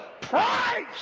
price